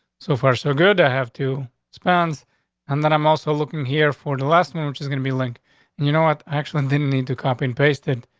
so far, so good. i have to expounds on and that. i'm also looking here for the last nine, which is gonna be linked. you know what actually didn't need to copy and paste it